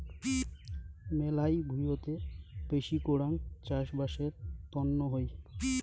মেলহাই ভুঁইতে বেশি করাং চাষবাসের তন্ন হই